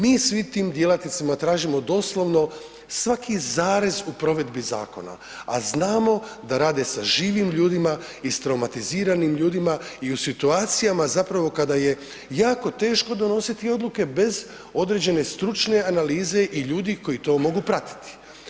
Mi svim tim djelatnicima tražimo doslovno svaki zarez u provedbi zakona, a znamo da rade sa živim ljudima, istraumatiziranim ljudima i u situacijama zapravo kada je jako teško donositi odluke bez određene stručne analize i ljudi koji to mogu pratiti.